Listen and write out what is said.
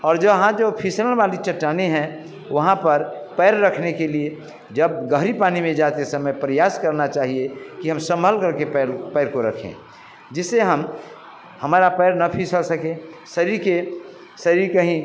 और जो वहाँ जो फिसलन वाली चट्टानें हैं वहाँ पर पैर रखने के लिए जब गहरे पानी में जाते समय प्रयास करना चाहिए कि हम संभल करके पैर पैर को रखें जिसे हम हमारा पैर ना फिसल सके शरीर के शरीर के ही